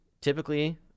typically